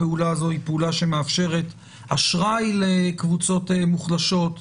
הפעולה הזו היא פעולה שמאפשרת אשראי לקבוצות מוחלשות.